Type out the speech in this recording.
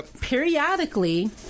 periodically